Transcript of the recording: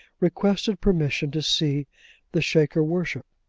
requested permission to see the shaker worship.